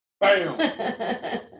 Bam